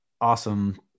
Awesome